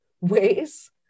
ways